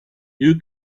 you